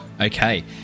okay